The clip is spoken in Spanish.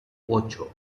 ocho